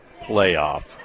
playoff